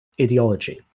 ideology